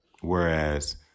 Whereas